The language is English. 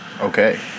okay